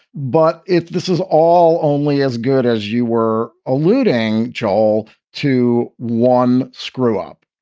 but if this is all only as good as you were alluding, chawl to one screw up,